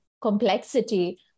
complexity